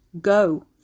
Go